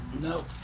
No